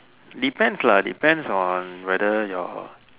depends lah depends on whether your